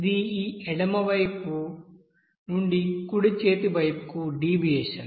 ఇది ఈ ఎడమ చేతి వైపు నుండి కుడి చేతి వైపుకు డీవియేషన్